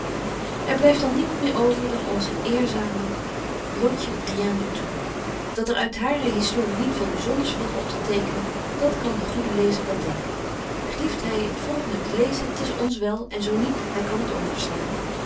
er blyft dan niemand meer over dan onze eerzame lotje rien du tout dat er uit hare historie niet veel byzonders valt optetekenen dat kan de goede lezer wel denbetje wolff en aagje deken historie van mejuffrouw sara burgerhart ken gelieft hy het volgende te lezen t is ons wel en zo niet hy kan het overslaan